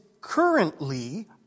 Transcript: currently